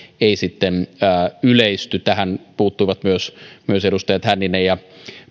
ei sitten yleisty tähän puuttuivat myös myös edustajat hänninen ja